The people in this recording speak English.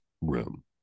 room